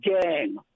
gang